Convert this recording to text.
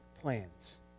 plans